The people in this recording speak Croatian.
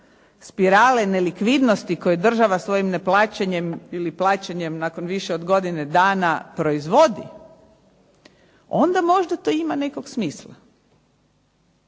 spirale nelikvidnosti koja država svojim neplaćanjem ili plaćanjem nakon više od godine dana proizvodi, onda možda to ima nekog smisla.